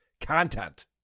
content